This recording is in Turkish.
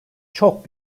çok